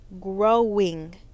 growing